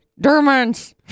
Dermans